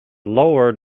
lowered